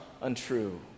untrue